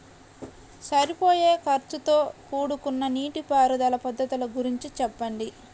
సరిపోయే ఖర్చుతో కూడుకున్న నీటిపారుదల పద్ధతుల గురించి చెప్పండి?